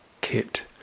kit